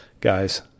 guys